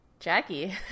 Jackie